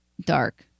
dark